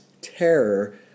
terror